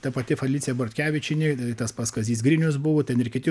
ta pati falicija bortkevičienė tas pats kazys grinius buvo ten ir kiti